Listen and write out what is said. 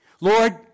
Lord